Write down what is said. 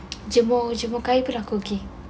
jemur-jemur kain pun aku okay